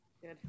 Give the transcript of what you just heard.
Good